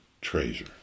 treasure